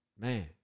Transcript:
man